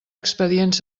expedients